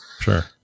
Sure